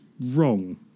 wrong